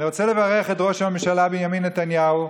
אני רוצה לברך את ראש הממשלה בנימין נתניהו,